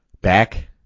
back